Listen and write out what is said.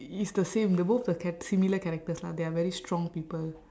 it's the same the both the cha~ similar characters lah they are very strong people